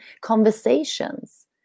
conversations